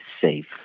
safe